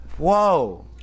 Whoa